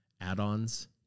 add-ons